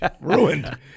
ruined